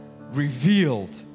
revealed